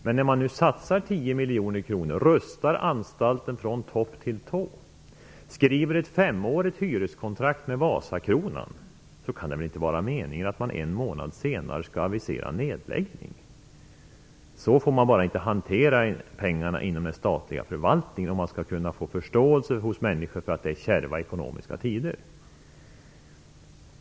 Men när man nu satsar 10 miljoner kronor, rustar anstalten från topp till tå, skriver ett femårigt hyreskontrakt med Wasakronan kan det väl inte vara meningen att man en månad senare skall avisera en nedläggning. Så får man bara inte hantera pengarna inom den statliga förvaltningen, om man skall kunna få förståelse hos människor för att det är kärva ekonomiska tider.